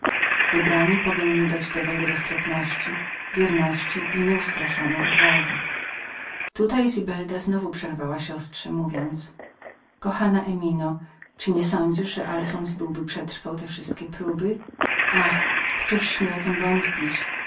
wybrani powinni byli dać dowody nieustraszonej odwagi roztropności i wiary tutaj zibelda znowu przerwała siostrze mówiąc kochana emino czy nie sądzisz że alfons byłby przetrwał te wszystkie próby ach któż śmie o tem wątpić